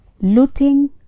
Looting